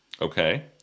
Okay